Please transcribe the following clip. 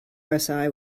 rsi